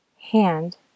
hand